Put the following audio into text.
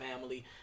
family